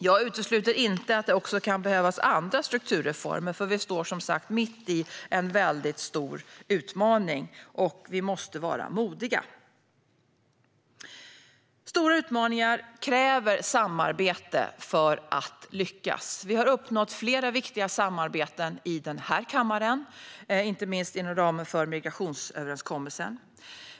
Jag utesluter inte att det också kan behövas andra strukturreformer, för vi står som sagt mitt i en stor utmaning. Vi måste vara modiga. Stora utmaningar kräver samarbete för att lyckas. Vi har uppnått flera viktiga samarbeten i den här kammaren, inte minst inom ramen för migrationsöverenskommelsen.